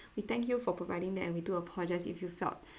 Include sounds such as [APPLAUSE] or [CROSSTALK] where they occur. we thank you for providing them and we do apologise if you felt [BREATH]